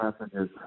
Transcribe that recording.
messages